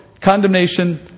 condemnation